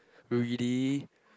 really